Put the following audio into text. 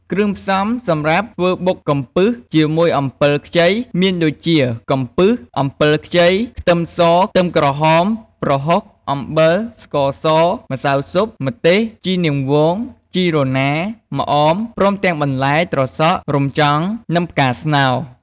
គ្រឿងផ្សំសម្រាប់ធ្វើបុកកំពឹសជាមួយអំពិលខ្ចីមានដូចជា កំពឹស អំពិលខ្ចី ខ្ទឹមស ខ្ទឹមក្រហម ប្រហុក អំបិល ស្ករស ម្សៅស៊ុប ម្ទេស ជីនាងវង ជីរណា ម្អម ព្រមទាំងបន្លែ ត្រសក់ រំចង់ និងផ្កាស្នោ។